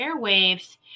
airwaves